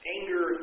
Anger